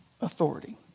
authority